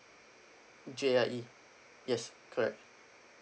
J I E yes correct